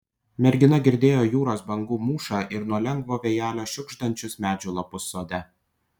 mergina girdėjo jūros bangų mūšą ir nuo lengvo vėjelio šiugždančius medžių lapus sode